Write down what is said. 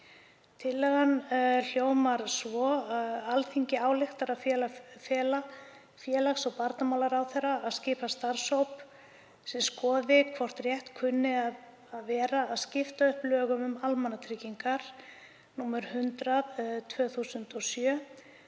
Tillagan hljómar svo: „Alþingi ályktar að fela félags- og barnamálaráðherra að skipa starfshóp sem skoði hvort rétt kunni að vera að skipta upp lögum um almannatryggingar, nr. 100/2007,